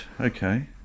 okay